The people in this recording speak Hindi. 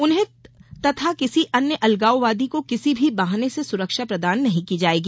उन्हें तथा किसी अन्य अलगाववादी को किसी भी बहाने से सुरक्षा प्रदान नहीं की जाएगी